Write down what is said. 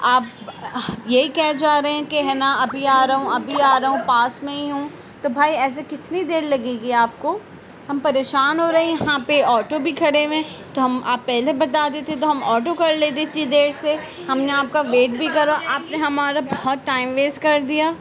آپ یہی کہے جا رہے ہیں کہ ہے نا ابھی آ رہا ہوں ابھی آ رہا ہوں پاس میں ہی ہوں تو بھائی ایسے کتنی دیر لگے گی آپ کو ہم پریشان ہو رہے ہیں یہاں پہ آٹو بھی کھڑے ہوئے ہیں تو ہم آپ پہلے بتا دیتے تو ہم آٹو کر لیتے اتنی دیر سے ہم نے آپ کا ویٹ بھی کرا آپ نے ہمارا بہت ٹائم ویسٹ کر دیا